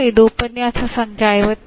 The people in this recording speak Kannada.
ಇದು ಉಪನ್ಯಾಸ ಸಂಖ್ಯೆ 53